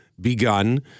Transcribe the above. begun